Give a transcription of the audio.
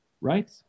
right